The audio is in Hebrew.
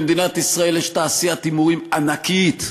במדינת ישראל יש תעשיית הימורים ענקית.